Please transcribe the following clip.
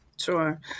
Sure